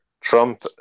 Trump